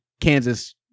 Kansas